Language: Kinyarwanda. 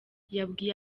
yabwiye